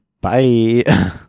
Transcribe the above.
bye